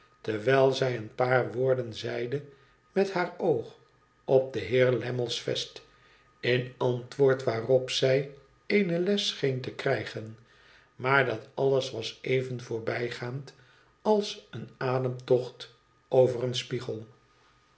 terwijl zij een paar woorden zeide met haar oog op den heer lammle s vest in antwoord waarop zij eene les scheen te krijgen maar dat alles was even voorbijgaand als een ademtocht over een spiegel